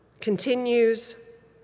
continues